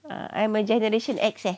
uh I am a generation X leh